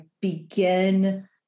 begin